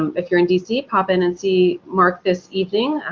um if you're in dc, pop in and see marc this evening.